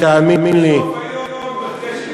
תאמין לי, בסוף היום, כדי שנתעורר.